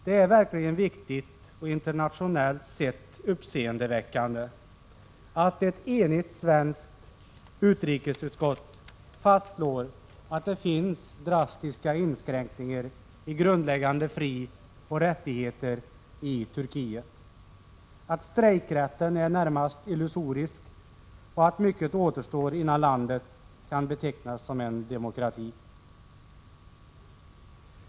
Det är verkligen viktigt och internationellt sett uppseendeväckande att ett enigt svenskt utrikesutskott fastslår att det finns drastiska inskränkningar i grundläggande frioch rättigheter i Turkiet, att strejkrätten är närmast illusorisk och att mycket återstår innan landet kan betecknas som en demokrati.